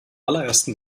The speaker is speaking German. allerersten